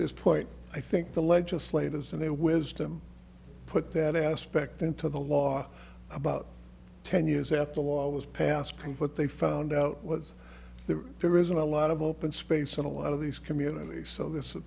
this point i think the legislators in their wisdom put that aspect into the law about ten years after a law was passed can but they found out was that there isn't a lot of open space in a lot of these communities so this